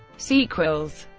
sequels